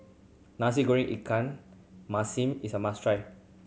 Nasi Goreng ikan masin is a must try